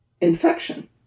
infection